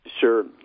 Sure